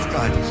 God